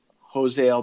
Jose